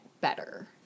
better